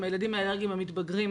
הם הילדים האלרגיים המתבגרים,